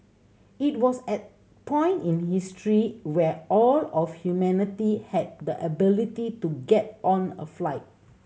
it was at point in history where all of humanity had the ability to get on a flight